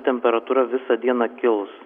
temperatūra visą dieną kils